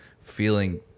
feeling